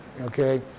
Okay